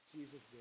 Jesus